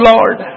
Lord